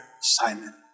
Simon